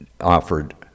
offered